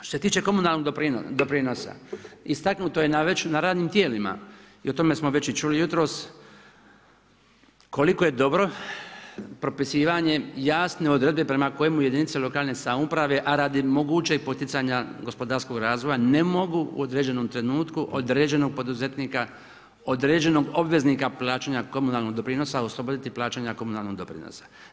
Što se tiče komunalnog doprinosa, istaknuto je već na radnim tijelima i o tome smo već i čuli jutros koliko je dobro propisivanje jasne odredbe prema kojoj jedinica lokalne samouprave a radi mogućeg poticanja gospodarskog razvoja, ne mogu u određenom trenutku određenog poduzetnika, određenog obveznika plaćanja komunalnog doprinosa, osloboditi plaćanja komunalnog doprinos.